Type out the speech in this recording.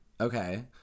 Okay